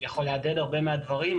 יכול להדהד הרבה מהדברים,